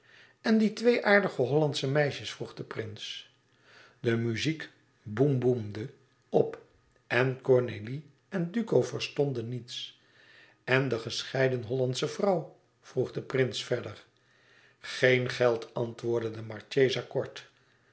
en die twee aardige hollandsche meisjes vroeg de prins de muziek boem boemde luider op en cornélie en duco verstonden niets en de gescheiden hollandsche vrouw vroeg de prins verder geen geld antwoordde de marchesa kort